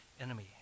enemy